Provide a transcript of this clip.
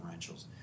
differentials